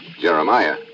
jeremiah